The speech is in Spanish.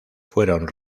fueron